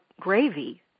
gravy